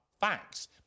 facts